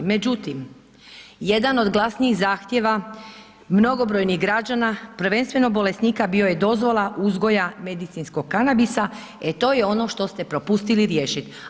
Međutim, jedan od glasnijih zahtjeva mnogobrojnih građana, prvenstveno bolesnika bio je dozvola uzgoja medicinskog kanabisa, e to je ono što ste propustili riješiti.